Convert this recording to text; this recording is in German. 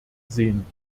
sehen